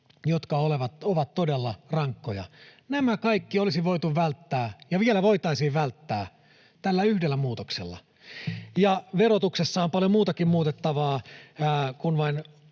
jotka ovat todella rankkoja. Nämä kaikki olisi voitu välttää ja vielä voitaisiin välttää tällä yhdellä muutoksella. Verotuksessa on paljon muutakin muutettavaa, kun vain